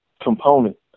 component